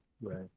right